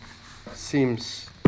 seems